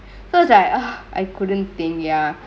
so it's like ah I couldn't think ya